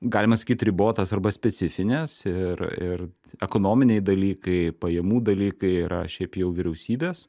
galima sakyt ribotos arba specifinės ir ir ekonominiai dalykai pajamų dalykai yra šiaip jau vyriausybės